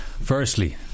Firstly